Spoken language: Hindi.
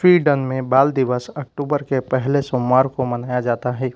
स्वीडन में बाल दिवस अक्टूबर के पहले सोमवार को मनाया जाता है